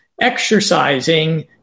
exercising